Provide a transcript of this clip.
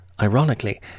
Ironically